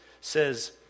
says